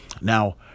Now